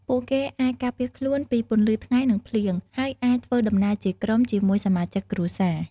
ពួកគេអាចការពារខ្លួនពីពន្លឺថ្ងៃនិងភ្លៀង ហើយអាចធ្វើដំណើរជាក្រុមជាមួយសមាជិកគ្រួសារ។